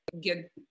get